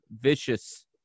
vicious